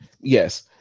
Yes